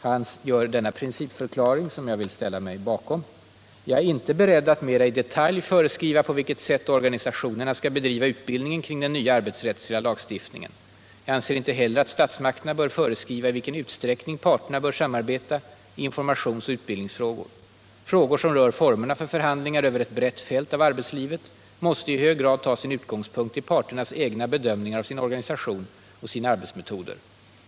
Han gör följande principförklaring som jag vill ställa mig bakom: ”Jag är inte beredd att mera i detalj föreskriva på vilket sätt organisationerna skall bedriva utbildningen kring den nya arbetsrättsliga lagstiftningen. Jag anser inte heller att statsmakterna bör föreskriva i vilken utsträckning parterna bör samarbeta i informationsoch utbildningsfrågor. Frågor som rör formerna för förhandlingar över ett brett fält av arbetslivet måste i hög grad ta sin utgångspunkt i parternas egna be dömningar av sin organisation och sina arbetsmetoder.